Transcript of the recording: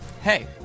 Hey